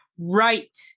Right